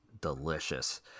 delicious